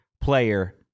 player